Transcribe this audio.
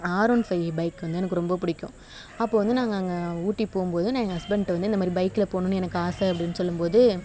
R one five bike வந்து எனக்கு ரொம்ப பிடிக்கும் அப்போது வந்து நாங்கள் அங்கே ஊட்டி போகும்போது நான் என் ஹஸ்பண்ட்டை வந்து இந்தமாதிரி பைக்கில் போகணுன்னு எனக்கு ஆசை அப்படின்னு சொல்லும்போது